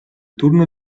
turno